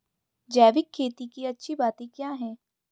जैविक खेती की अच्छी बातें क्या हैं?